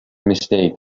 mistake